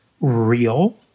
real